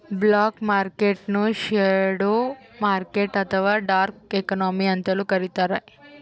block market ನ್ನು shadow market ಅಥವಾ dark economy ಅಂತಲೂ ಕರಿತಾರೆ